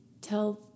tell